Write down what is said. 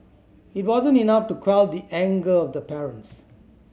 it wasn't enough to quell the anger of the parents